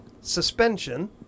Suspension